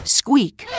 squeak